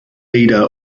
leader